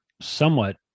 somewhat